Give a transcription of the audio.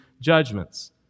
judgments